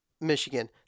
Michigan